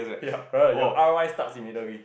ya right your R_O_I starts immediately